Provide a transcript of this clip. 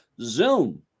Zoom